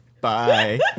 Bye